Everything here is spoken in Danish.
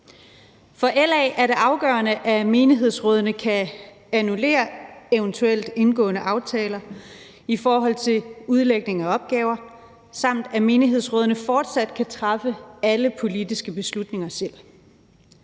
For LA er det afgørende, at menighedsrådene kan annullere eventuelle indgåede aftaler i forhold til udlægning af opgaver, og at menighedsrådene fortsat kan træffe alle politiske beslutninger selv.